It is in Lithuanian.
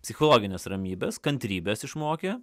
psichologinės ramybės kantrybės išmokė